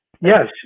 Yes